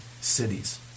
cities